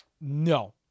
No